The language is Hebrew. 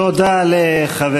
תודה לחבר